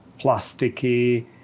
plasticky